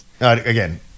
again